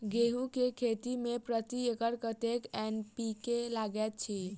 गेंहूँ केँ खेती मे प्रति एकड़ कतेक एन.पी.के लागैत अछि?